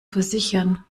versichern